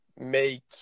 make